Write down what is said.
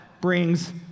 Brings